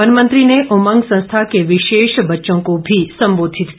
one मंत्री ने उमंग संस्था के विशेष बच्चों को भी सम्बोधित किया